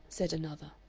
said another.